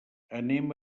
anem